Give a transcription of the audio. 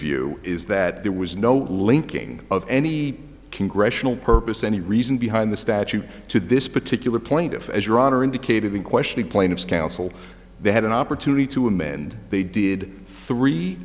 view is that there was no linking of any congressional purpose any reason behind the statute to this particular plaintiff as your honor indicated in questioning plaintiff's counsel they had an opportunity to amend they did three